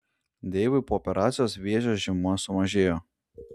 deivui po operacijos vėžio žymuo sumažėjo